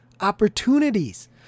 opportunities